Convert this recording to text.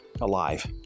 alive